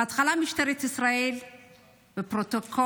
בהתחלה משטרת ישראל ציינו,